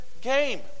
game